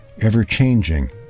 ever-changing